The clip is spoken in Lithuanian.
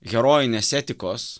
herojinės etikos